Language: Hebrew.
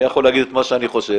אני יכול להגיד את מה שאני חושב,